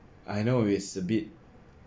I know it's a bit